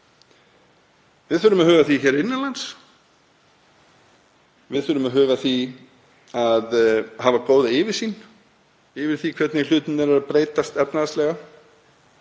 Við þurfum að huga að því hér innan lands, við þurfum að huga að því að hafa góða yfirsýn yfir það hvernig hlutirnir eru að breytast efnahagslega.